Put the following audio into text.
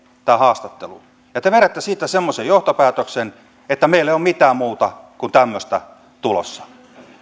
tämä haastattelu ja te vedätte siitä semmoisen johtopäätöksen että meillä ei ole mitään muuta kuin tämmöistä tulossa